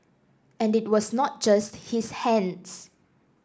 and it was not just his hands